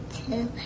two